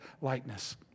likeness